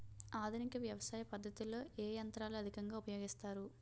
ఆధునిక వ్యవసయ పద్ధతిలో ఏ ఏ యంత్రాలు అధికంగా ఉపయోగిస్తారు?